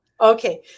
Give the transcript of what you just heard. Okay